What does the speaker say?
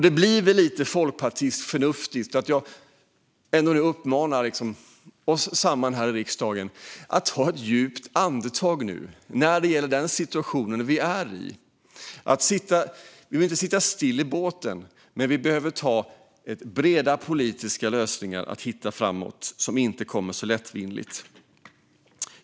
Det blir väl lite folkpartistförnuftigt att jag nu uppmanar oss här i riksdagen att ta ett djupt andetag när det gäller den situation vi är i. Vi behöver inte sitta stilla i båten, men vi behöver hitta breda politiska lösningar framåt, som inte kommer lättvindigt.